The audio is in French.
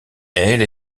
elle